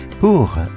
Pour